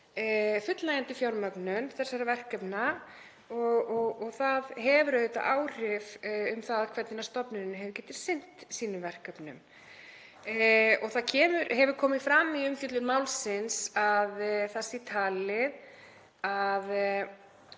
fullnægjandi fjármögnun þessara verkefna. Það hefur auðvitað áhrif á það hvernig stofnunin hefur getað sinnt sínum verkefnum. Það hefur komið fram í umfjöllun málsins að talið sé